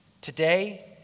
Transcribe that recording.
today